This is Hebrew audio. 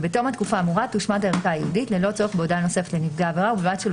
אז כל עוד זה לא